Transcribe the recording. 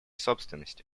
собственности